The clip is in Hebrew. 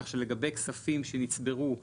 כך שלגבי כספים שנצברו -- לא,